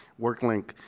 WorkLink